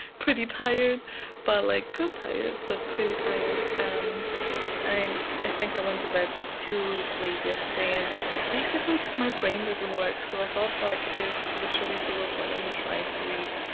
pretty tired but, like, good tired, but pretty tired. um and i think i went to bed too late yesterday and basically just my brain doesn't work so, i thought, like, there's literally zero point of me trying to read